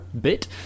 bit